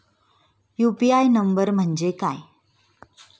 UPI number म्हणजे काय?